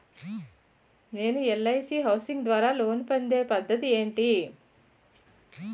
నేను LIC housing ద్వారా loan పొందే పద్ధతి ఏంటి?